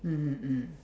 mmhmm mm